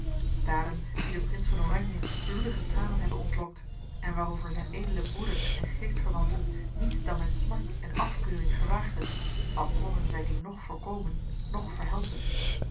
daden die den prins van oranje bloedige tranen hebben ontlokt en waarover zijne edele broeders en geestverwanten niet dan met smart en afkeuring gewaagden al konden zij die noch voorkomen noch verhelpen